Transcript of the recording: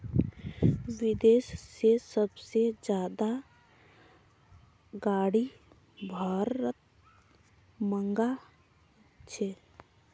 विदेश से सबसे ज्यादा गाडी भारत मंगा छे